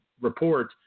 report